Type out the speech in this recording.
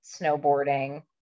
snowboarding